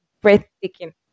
breathtaking